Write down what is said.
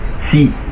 See